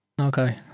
Okay